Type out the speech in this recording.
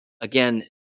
Again